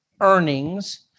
earnings